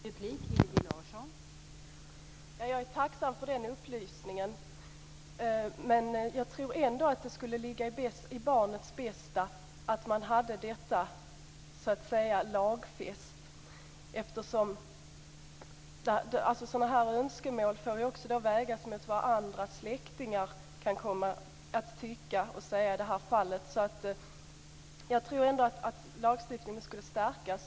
Fru talman! Jag är tacksam för den upplysningen. Men jag tror ändå att det skulle vara för barnets bästa att man hade detta lagfäst. Sådana önskemål får också vägas mot vad andra släktingar kan komma att tycka och säga i det här fallet. Jag tycker att lagstiftningen borde stärkas.